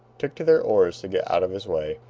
took to their oars to get out of his way.